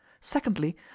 Secondly